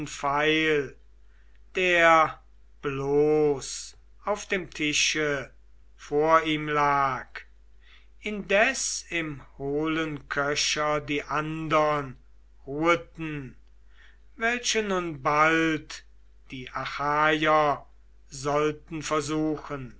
der bloß auf dem tische vor ihm lag indes im hohlen köcher die andern ruheten welche nun bald die achaier sollten versuchen